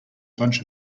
bunch